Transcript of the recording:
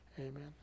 Amen